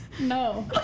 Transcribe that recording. No